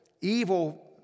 Evil